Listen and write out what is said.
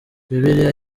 bibiliya